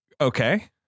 okay